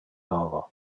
novo